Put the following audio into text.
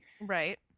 Right